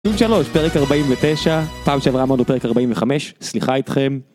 תוכנית 3, פרק 49, פעם שעברה אמרנו פרק 45, סליחה אתכם.